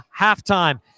halftime